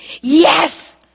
yes